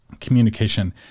communication